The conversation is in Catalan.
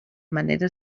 manera